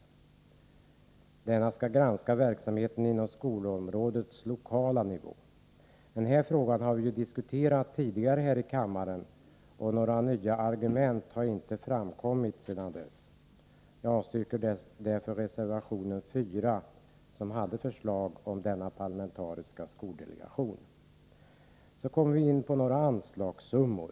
Denna skall enligt reservationen granska verksamheten inom skolområdet på den lokala nivån. Denna fråga har diskuterats tidigare här i kammaren, och några nya argument har inte framkommit sedan dess. Jag yrkar därför avslag på reservation nr 3. Vi kommer så in på några anslagssummor.